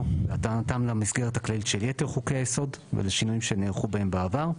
והתאמתם למסגרת הכללית של יתר חוקי היסוד ולשינויים שנערכו בהם בעבר,